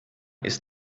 ist